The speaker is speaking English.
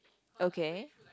okay